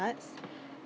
arts